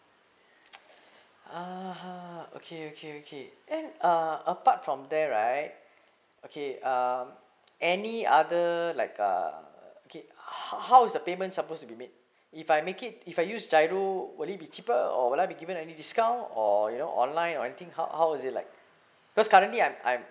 (uh huh) okay okay okay then uh apart from there right okay uh any other like uh okay how is the payment supposed to be make if I make it if I used giro will it be cheaper or will I be given any discount or you know online or anything how how is it like cause currently I'm I'm